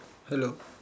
hello